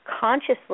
consciously